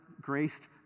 graced